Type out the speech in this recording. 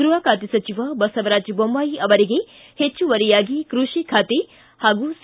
ಗ್ಲಹ ಖಾತೆ ಸಚಿವ ಬಸವರಾಜ ಬೊಮ್ಲಾಯಿ ಅವರಿಗೆ ಹೆಚ್ಚುವರಿಯಾಗಿ ಕೃಷಿ ಖಾತೆ ಹಾಗೂ ಸಿ